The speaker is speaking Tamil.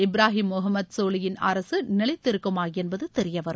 இப்ராஹிம் முகமது சோலியின் அரசு நிலைத்திருக்குமா என்பது தெரியவரும்